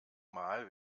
mal